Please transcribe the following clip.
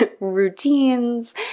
routines